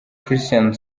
christian